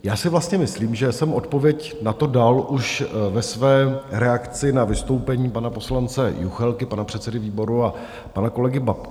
Já si vlastně myslím, že jsem odpověď na to dal už ve své reakci na vystoupení pana poslance Juchelky, pana předsedy výboru, a pana kolegy Babky.